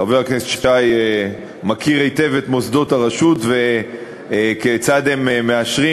חבר הכנסת שי מכיר היטב את מוסדות הרשות וכיצד הם מאשרים